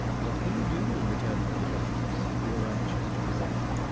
what can you do in return for the garments you are anxious to possess?